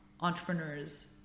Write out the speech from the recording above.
entrepreneurs